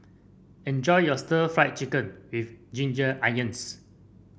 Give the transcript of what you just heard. enjoy your stir Fry Chicken with Ginger Onions